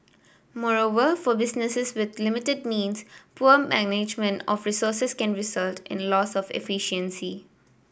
moreover for businesses with limited means poor management of resources can result in loss of efficiency